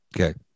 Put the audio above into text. Okay